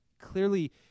clearly